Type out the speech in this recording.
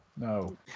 No